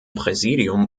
präsidium